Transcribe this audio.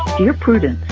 your prudence